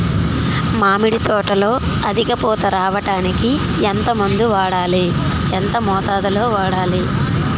మామిడి తోటలో అధిక పూత రావడానికి ఎంత మందు వాడాలి? ఎంత మోతాదు లో వాడాలి?